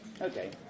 Okay